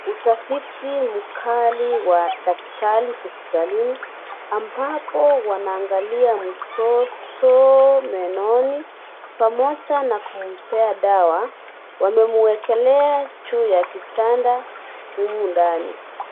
Utafiti mkali wa daktari hospitalini, ambapo wanaangalia mtoto menoni, pamoja na kumpea dawa. Wanamwekelea juu ya kitanda humu ndani.